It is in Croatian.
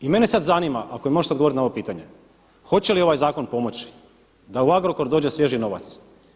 I mene sada zanima ako mi možete odgovoriti na ovo pitanje, hoće li ovaj zakon pomoći da u Agrokoc dođe svježi novac?